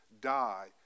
die